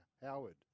Howard